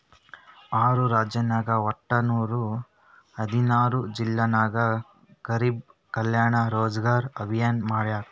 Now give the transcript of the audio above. R ರಾಜ್ಯನಾಗ್ ವಟ್ಟ ನೂರಾ ಹದಿನಾರ್ ಜಿಲ್ಲಾ ನಾಗ್ ಗರಿಬ್ ಕಲ್ಯಾಣ ರೋಜಗಾರ್ ಅಭಿಯಾನ್ ಮಾಡ್ಯಾರ್